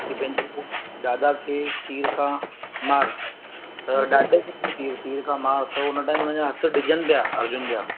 की पंहिंजे दादा खे तीर खां मार त ॾाॾे खे तीर तीर खां मार त हुन टाइम हुनजा हथु डिॼनि पिया अर्जुन जा